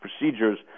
procedures